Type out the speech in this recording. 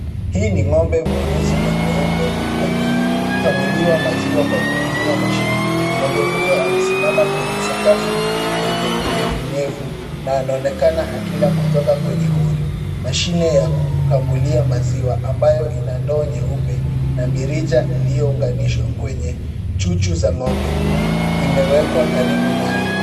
Hii ni ng'ombe mweusi na mweupe akikamuliwa maziwa kwa kutumia mashine. Ng'ombe huyu amesimama kwenye sakafu yenye unyevu nyevu na anaonekana akila kutoka kwenye hori. Mashine ya kukamulia maziwa ambayo ina ndoo nyeupe na mirija iliyo unganishwa kwenye chuchu za ng'ombe imewekwa karibu naye.